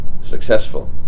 successful